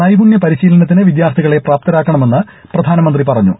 നൈപുണ്യ പരിശീലനത്തിന് വിദ്യാർഥികളെ പ്രാപ്തരാക്കണമെന്ന് പ്രധാനമന്ത്രി പറഞ്ഞു